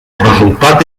resultat